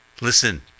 Listen